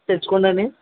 తెచ్చుకోండని